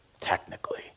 technically